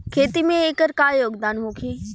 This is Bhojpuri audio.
खेती में एकर का योगदान होखे?